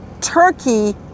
turkey